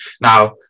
Now